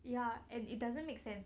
ya and it doesn't make sense